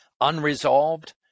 unresolved